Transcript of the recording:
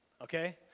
okay